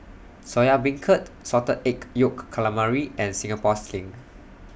Soya Beancurd Salted Egg Yolk Calamari and Singapore Sling